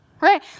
right